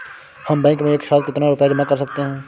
हम बैंक में एक साथ कितना रुपया जमा कर सकते हैं?